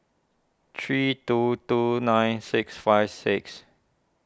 three two two nine six five six